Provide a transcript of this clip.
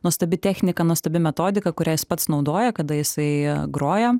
nuostabi technika nuostabi metodika kurią jis pats naudoja kada jisai groja